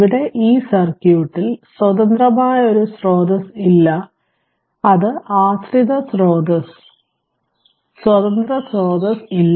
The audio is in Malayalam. ഇവിടെ ഈ സർക്യൂട്ടിൽ സ്വതന്ത്രമായ ഒരു സ്രോതസ്സ് ഇല്ല അത് ആശ്രിത സ്രോതസ്സ് സ്വതന്ത്ര സ്രോതസ്സ് ഇല്ല